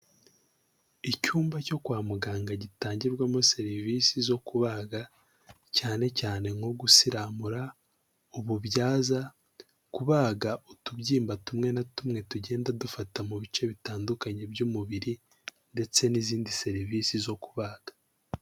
Icyumba cyo kwa muganga gitangirwamo serivisi zo kubaga cyane cyane nko gusiramura, ububyaza, kubaga utubyimba tumwe na tumwe tugenda dufata mu bice bitandukanye by'umubiri, ndetse n'izindi serivisi zo kubaga.